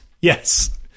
Yes